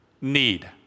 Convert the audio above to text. need